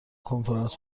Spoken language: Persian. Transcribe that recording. کنفرانس